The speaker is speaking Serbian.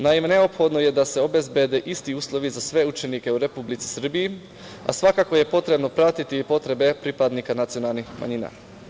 Naime, neophodno je da se obezbede isti uslovi za sve učenike u Republici Srbiji, a svakako je potrebno pratiti i potrebe pripadnika nacionalnih manjina.